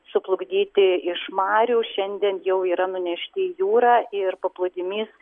suplukdyti iš marių šiandien jau yra nunešti į jūrą ir paplūdimys